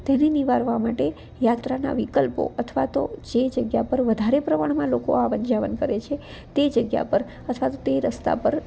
તેને નિવારવા માટે યાત્રાના વિકલ્પો અથવા તો જે જગ્યા પર વધારે પ્રમાણમાં લોકો આવનજાવન કરે છે તે જગ્યા પર અથવા તો તે રસ્તા પર